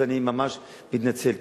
אני ממש מתנצל.